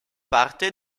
parte